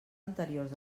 anteriors